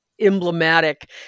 emblematic